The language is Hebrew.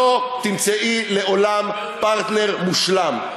לא תמצאי לעולם פרטנר מושלם.